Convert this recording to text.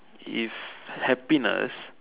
if happiness